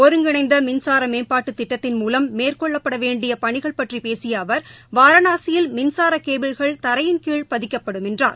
ஒருங்கிணைந்த மின்சார மேம்பாட்டு திட்டத்தின் மூலம் மேற்கொள்ளப்பட வேண்டிய பணிகள் பற்றி பேசிய அவர் வாரணாசியில் மின்சார கேபிள்கள் தரையின்கீழ் பதிக்கப்படும் என்றார்